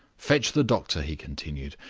fetch the doctor, he continued,